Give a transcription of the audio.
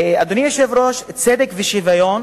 אדוני היושב-ראש, צדק ושוויון